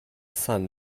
sun